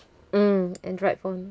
mm android phone